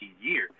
year